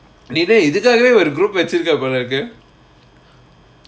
இது இதுக்காகவே ஒரு:ithu ithukaagavae oru group வச்சிருக்க போல இருக்கு:vachirukka pola irukku